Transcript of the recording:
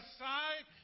side